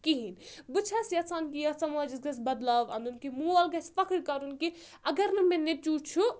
کہیٖنۍ بہٕ چھَس یَژھان کہِ یَتھ سماجَس گژھِ بدلاو اَنُن کہِ مول گَژھِ فَخٕر کَرُن کہِ اگر نہٕ مےٚ نیٚچوٗ چھُ